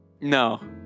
No